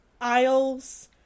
aisles